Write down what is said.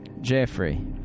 Jeffrey